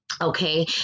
Okay